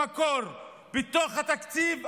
בתוך בתקציב,